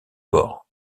bord